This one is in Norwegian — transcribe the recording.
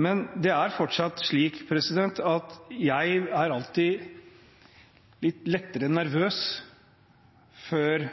Men det er fortsatt slik at jeg alltid er litt lettere nervøs før